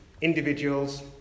individuals